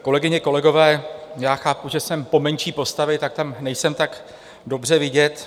Kolegyně, kolegové, chápu, že jsem pomenší postavy, tak tam nejsem tak dobře vidět.